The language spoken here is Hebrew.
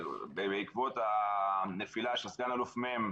בעקבות הנפילה של סגן אלוף מ',